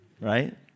right